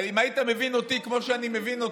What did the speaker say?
אתה לא מבין.